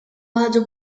għadu